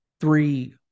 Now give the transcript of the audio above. three